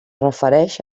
refereix